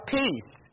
peace